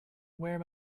where